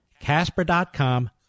Casper.com